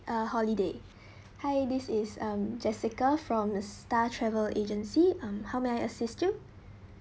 uh holiday hi this is I'm jessica from the star travel agency um how may I assist you